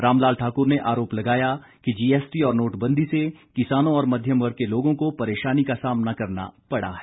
रामलाल ठाक्र ने आरोप लगाया कि जीएसटी और नोटबंदी से किसानों और मध्यम वर्ग के लोगों को परेशानी का सामना करना पड़ा है